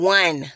one